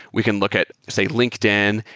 we can look at, say, linkedin,